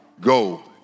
Go